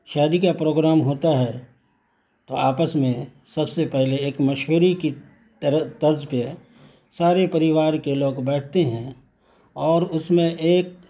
شادی کا پروگرام ہوتا ہے تو آپس میں سب سے پہلے ایک مشورہ کی طرز پہ سارے پریوار کے لوگ بیٹھتے ہیں اور اس میں ایک